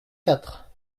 quatre